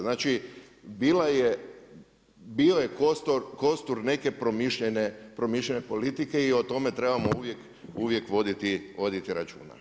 Znači, bio je kostur neke promišljene politike i o tome trebamo uvijek voditi računa.